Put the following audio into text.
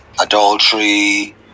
adultery